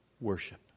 Worship